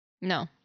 No